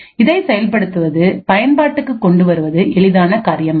இதை செயல்படுத்துவது பயன்பாட்டுக்குக் கொண்டு வருவது எளிதான காரியமல்ல